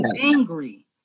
Angry